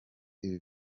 ibi